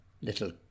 little